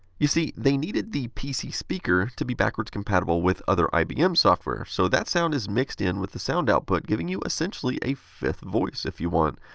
you see, they needed the pc-speaker to be backwards compatible with other ibm software, so that sound is also mixed in with the sound output giving you essentially a fifth voice if you want.